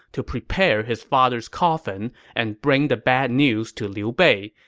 to prepare his father's coffin and bring the bad news to liu bei,